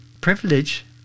privilege